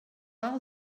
all